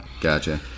Gotcha